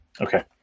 Okay